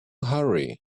hurry